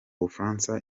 bufaransa